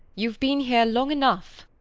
you've been here long enough.